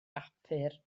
bapur